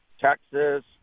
Texas